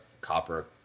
copper